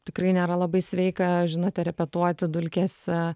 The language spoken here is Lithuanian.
tikrai nėra labai sveika žinote repetuoti dulkėse